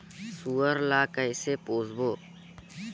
सुअर ला कइसे पोसबो?